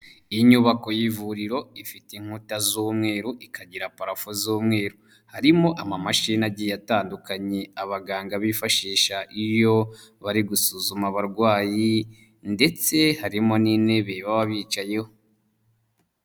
Iyi nyubako y'ivuriro ifite inkuta z'umweru ikagira parafu z'umweru, harimo amamashini agiye atandukanye abaganga bifashisha iyo bari gusuzuma abarwayi, ndetse harimo n'intebe baba bicayeho.